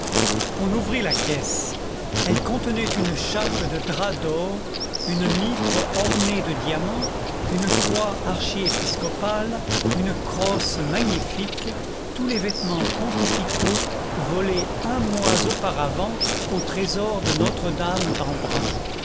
on ouvrit la caisse elle contenait une chape de drap d'or une mitre ornée de diamants une croix archiépiscopale une crosse magnifique tous les vêtements pontificaux volés un mois auparavant au trésor de notre-dame d'embrun